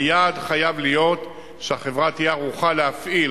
היעד חייב להיות שהחברה תהיה ערוכה להפעיל,